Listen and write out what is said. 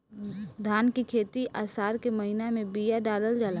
धान की खेती आसार के महीना में बिया डालल जाला?